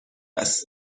است